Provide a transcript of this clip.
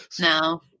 No